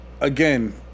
again